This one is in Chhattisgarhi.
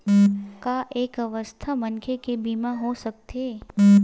का एक अस्वस्थ मनखे के बीमा हो सकथे?